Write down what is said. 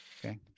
okay